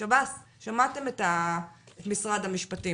שב"ס, שמעתם את משרד המשפטים.